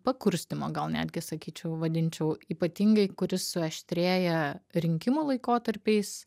pakurstymo gal netgi sakyčiau vadinčiau ypatingai kuris suaštrėja rinkimų laikotarpiais